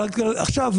עכשיו,